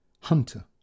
...hunter